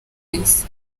isi